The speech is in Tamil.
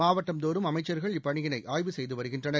மாவட்டந்தோறும் அமைச்சர்கள் இப்பணியினை ஆய்வு செய்து வருகின்றனர்